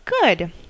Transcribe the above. good